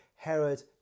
Herod